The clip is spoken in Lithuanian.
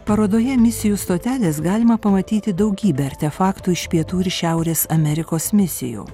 parodoje misijų stotelės galima pamatyti daugybę artefaktų iš pietų ir šiaurės amerikos misijų